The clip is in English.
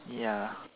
ya